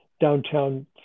downtown